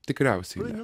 tikriausiai ne